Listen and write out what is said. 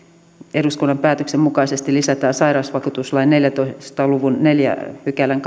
eduskunnan päätöksen mukaisesti lisätään sairausvakuutuslain neljäntoista luvun neljännen pykälän